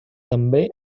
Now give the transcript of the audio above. també